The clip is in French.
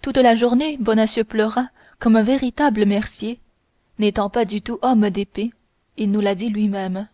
toute la journée bonacieux pleura comme un véritable mercier n'étant pas du tout homme d'épée il nous l'a dit lui-même